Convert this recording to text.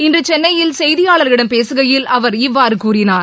இன்று சென்னையில் செய்தியாளர்களிடம் பேசுகையில் அவர் இவ்வாறு கூறினார்